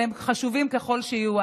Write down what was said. חשובים ככל שיהיו,